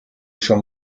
schon